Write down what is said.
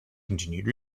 continued